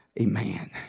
amen